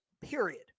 period